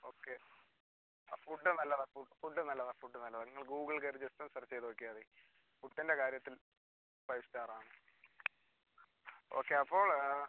okay അ food നല്ലതാണ് food നല്ലതാണ് ഫുഡ്ഡ് നല്ലതാണ് നിങ്ങൾ ഗൂഗിൾ കയറി ജസ്റ്റ് ഒന്ന് സേർച്ച് ചെയ്ത് നോക്കിയാൽ മതി ഫുഡ്ഡിൻ്റെ കാര്യത്തിൽ ഫൈ സ്റ്റാർ ആണ് ഓക്കെ അപ്പോൾ